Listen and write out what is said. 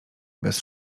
bez